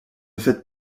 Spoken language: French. faites